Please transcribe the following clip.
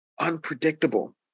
Unpredictable